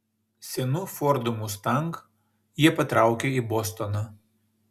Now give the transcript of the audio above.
senu fordu mustang jie patraukė į bostoną